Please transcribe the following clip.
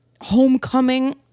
Homecoming